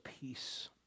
peace